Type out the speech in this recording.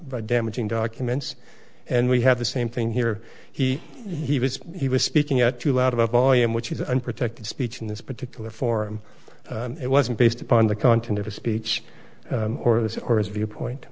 by damaging documents and we have the same thing here he he was he was speaking at you out of a volume which is unprotected speech in this particular form it wasn't based upon the content of his speech or this or his view point